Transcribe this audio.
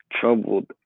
troubled